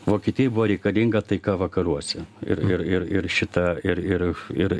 vokietijai buvo reikalinga taika vakaruose ir ir ir šitą ir ir ir